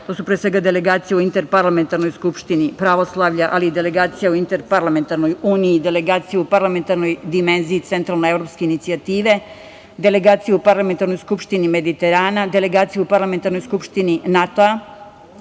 To su pre svega delegacija u Interparlamentarnoj skupštini pravoslavlja, ali i delegacija u Interparlamentarnoj uniji, delegacija u Parlamentarnoj dimenziji Centralnoevropske inicijative, delegacija u Parlamentarnoj skupštini Mediterana, delegacija u Parlamentarnoj skupštini NATO-a,